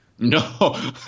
No